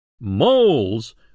MOLES